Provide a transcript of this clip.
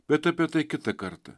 bet apie tai kitą kartą